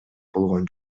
болгон